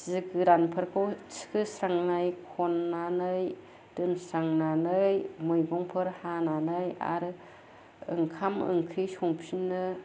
जि गोरानफोरखौ थिखोस्रांनाय खननानै दोनस्रांनानै मैगंफोर हानानै आरो ओंखाम ओंख्रि संफिननो